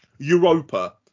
europa